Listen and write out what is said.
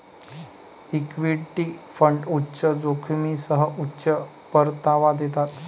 equity fund उच्च जोखमीसह उच्च परतावा देतात